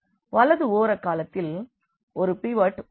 வலது ஓர காலத்தில் ஒரு பிவோட் உள்ளது